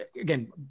again